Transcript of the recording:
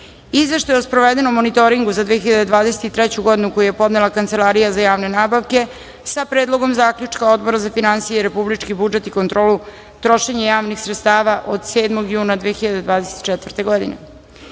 Izveštaj o sprovedenom monitoringu za 2023. godinu, koji je podnela Kancelarija za javne nabavke, sa Predlogom zaključka Odbora za finansije, republički budžet i kontrolu trošenja javnih sredstava od 7. juna 2024. godine;41.